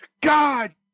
God